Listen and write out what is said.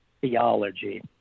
theology